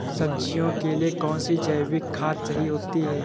सब्जियों के लिए कौन सी जैविक खाद सही होती है?